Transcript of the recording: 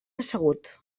assegut